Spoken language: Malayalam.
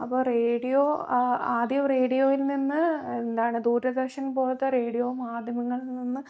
അപ്പം റേഡിയോ ആദ്യം റേഡിയോയിൽ നിന്ന് എന്താണ് ദൂരദർശൻ പോലത്തെ റേഡിയോ മാധ്യമങ്ങളിൽ നിന്ന്